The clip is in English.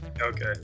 Okay